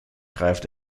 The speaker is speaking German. greift